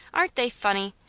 aren't they funny?